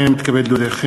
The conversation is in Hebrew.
הנני מתכבד להודיעכם,